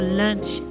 lunch